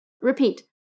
Repeat